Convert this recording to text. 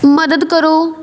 ਮਦਦ ਕਰੋ